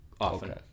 often